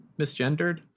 misgendered